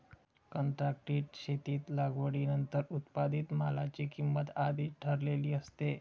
कंत्राटी शेतीत लागवडीनंतर उत्पादित मालाची किंमत आधीच ठरलेली असते